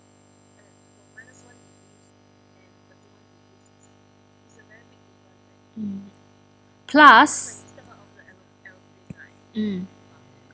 mm plus mm